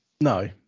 no